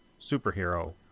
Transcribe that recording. superhero